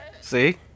See